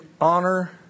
honor